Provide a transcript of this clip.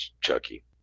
Chucky